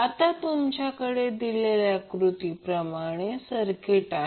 आता तुमच्याकडे दिलेल्या कृतीप्रमाणे सर्किट आहे